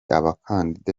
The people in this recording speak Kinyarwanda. abakandida